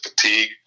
fatigue